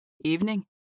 Evening